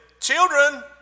children